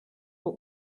but